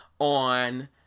on